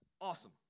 Awesome